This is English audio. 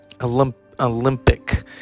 Olympic